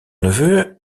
neveu